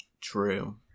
True